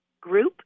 group